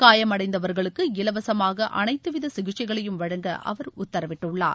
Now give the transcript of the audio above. காயம் அடைந்தவர்களுக்கு இலவசமாக அனைத்துவித சிகிச்சைகளையும் வழங்க அவர் உத்தரவிட்டுள்ளார்